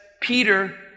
Peter